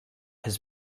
his